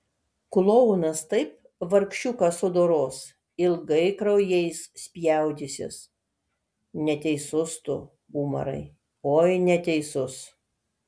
klounas taip vargšiuką sudoros ilgai kraujais spjaudysis neteisus tu umarai oi neteisus